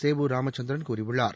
சேவூர் ராமச்சந்திரன் கூறியுள்ளார்